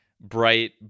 bright